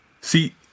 see